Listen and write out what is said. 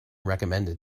recommended